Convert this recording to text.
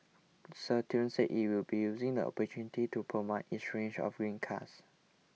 Citroen said it will be using the opportunity to promote its range of green cars